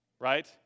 right